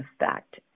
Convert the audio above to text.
effect